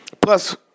plus